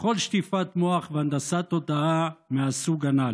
לכל שטיפת מוח והנדסת תודעה מהסוג הנ"ל.